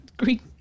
Greek